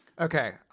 okay